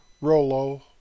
Rolo